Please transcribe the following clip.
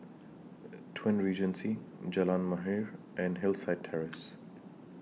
Twin Regency Jalan Mahir and Hillside Terrace